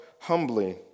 humbly